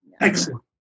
Excellent